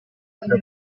proprio